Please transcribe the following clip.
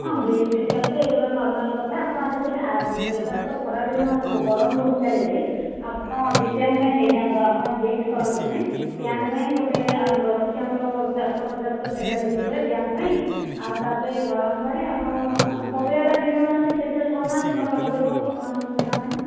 ହଁ bleach facial ତ ଏଗୁଡ଼ା ନର୍ମାଲ୍ କଥା ଆପଣ ଆଜି କେବେ ଏବେ ତ ଖରାଦିନ ଦେଖ ଗରମ ବହୁତ ଚାଲିଛି ଆପଣ ଡି ଟ୍ୟାନ୍ ପାଇଁ ନେଇଯାଆନ୍ତୁ ଆପଣ ବ୍ଲିଚ୍ କରନ୍ତୁନି ଟ୍ୟାନ୍ ପାଇଁ ଗୋଟେ ରହୁଛି ଆମର ଚାରିଶହ ପଚାଶର ସେଇଟା ନେଇଯିବେ ଟ୍ୟାନ୍ ପାଇଁ ଆଉ ତା'ପରେ ଗରମ ପାଣି ଆପଣଙ୍କ ପାପୟାଟା ନେଇ ଯାଉନାହାନ୍ତି ଫେସିଆଲ୍ କରୁନାହାନ୍ତି ଭଲ ପଡ଼ିବ ଗରମଦିନ ପାଇଁ